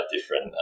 different